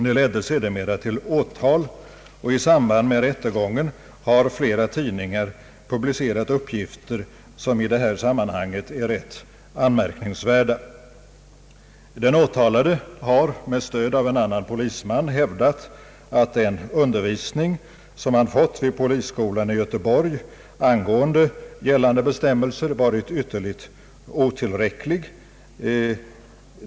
Det ledde sedermera till åtal, och i samband med rättegången har flera tidningar publicerat uppgifter som i detta sammanhang är rätt anmärkningsvärda. Den åtalade har med stöd av en annan polisman hävdat, att den undervisning som han fått vid polisskolan i Göteborg angående gällande bestämmelser varit ytterligt otillräcklig.